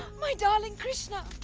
my darling krishna!